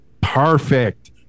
Perfect